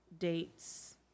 dates